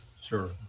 Sure